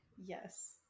Yes